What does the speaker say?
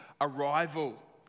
arrival